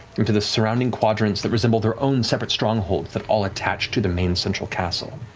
into the surrounding quadrants that resemble their own separate strongholds that all attach to the main central castle.